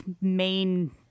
main